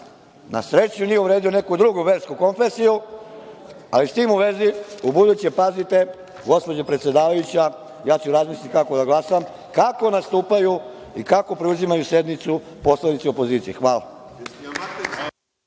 na sreću, nije uvredio neku drugu versku konflesiju, ali, s tim u vezi, ubuduće pazite gospođo predsedavajuća, razmisliću kako da glasam, kako nastupaju i kako preuzimaju sednicu poslanici opozicije. Hvala.